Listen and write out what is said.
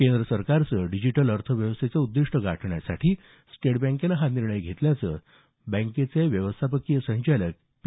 केंद्र सरकारचं डिजीटल अर्थव्यवस्थेचं उद्दीष्ट गाठण्यासाठी स्टेट बँकेनं हा निर्णय घेतल्याचं भारतीय स्टेट बँकेचे व्यवस्थापकीय संचालक पी